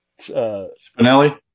Spinelli